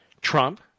Trump